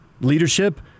leadership